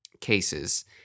cases